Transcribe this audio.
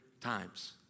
times